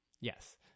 yes